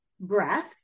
breath